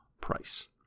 price